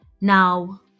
Now